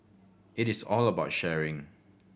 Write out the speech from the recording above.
it is all about sharing